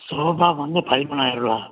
sofa வந்து பதிமூணாயர்ரூபா